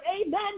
Amen